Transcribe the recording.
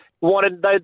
Wanted